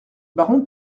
baron